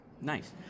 Nice